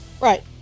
Right